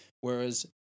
whereas